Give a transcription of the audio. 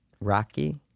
Rocky